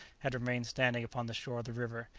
had remained standing upon the shore of the river,